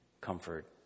comfort